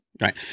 Right